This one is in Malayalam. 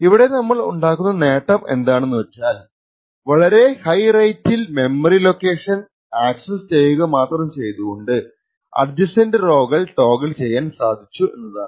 ഇവിടെ നമ്മൾ ഉണ്ടാക്കുന്ന നേട്ടം എന്താണെന്നു വച്ചാല് വളരെ ഹൈ റേറ്റിൽ മെമ്മറി ലൊക്കേഷൻ അക്സസ്സ് ചെയ്യുക മാത്രം ചെയ്തുകൊണ്ട് അഡ്ജസെന്റ് റൊകൾ ടോഗിൾ ചെയ്യാൻ സാധിച്ചു എന്നതാണ്